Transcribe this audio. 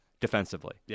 defensively